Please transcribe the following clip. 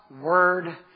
Word